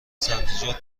سبزیجات